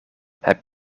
heb